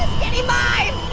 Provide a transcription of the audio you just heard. skinny mime.